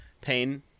pain